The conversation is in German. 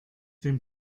den